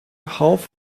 half